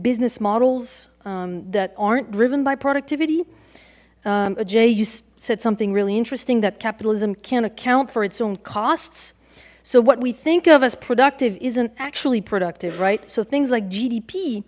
business models that aren't driven by productivity jay you said something really interesting that capitalism can't account for its own costs so what we think of as productive isn't actually productive right so things like g